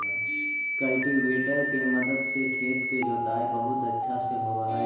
cultivator के मदद से खेत के जोताई बहुत अच्छा से होवऽ हई